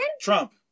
Trump